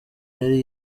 yari